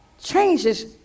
changes